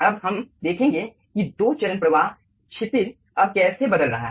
अब हम देखेंगे कि दो चरण प्रवाह क्षितिज अब कैसे बदल रहा है